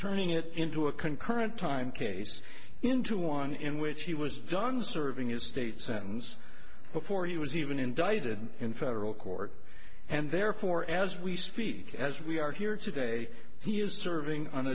turning it into a concurrent time case into one in which he was done serving his state sentence before he was even indicted in federal court and therefore as we speak as we are here today he is serving